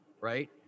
right